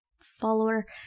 follower